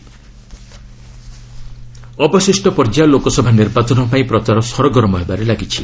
campaigning ଅବଶିଷ୍ଟ ପର୍ଯ୍ୟାୟ ଲୋକସଭା ନିର୍ବାଚନ ପାଇଁ ପ୍ରଚାର ସରଗରମ୍ ହେବାରେ ଲାଗିଛି